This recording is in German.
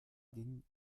ging